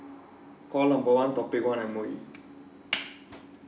call of one topic one M_O_E